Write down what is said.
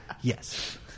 Yes